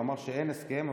הוא אמר שאין הסכם,